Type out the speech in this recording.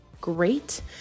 great